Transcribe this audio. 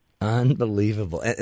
Unbelievable